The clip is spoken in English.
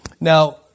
Now